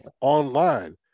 online